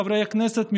חברי הכנסת,